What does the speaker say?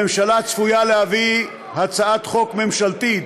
הממשלה צפויה להביא הצעת חוק ממשלתית,